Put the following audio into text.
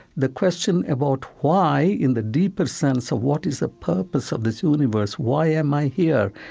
the question about why in the deeper sense of what is the purpose of this universe why am i here?